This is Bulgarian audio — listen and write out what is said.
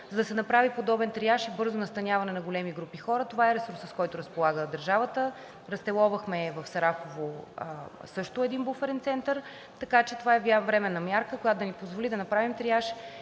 за да се направи подобен триаж и бързо настаняване на големи групи хора. Това е ресурсът, с който разполага държавата. Разположихме в Сарафово също един буферен център. Така че това е временна мярка, която да ни позволи да направим триаж